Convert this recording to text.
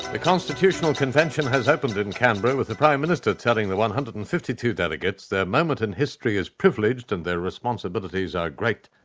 the constitutional convention has opened in canberra with the prime minister telling the one hundred and fifty two delegates their moment in history is privileged and their responsibilities are great.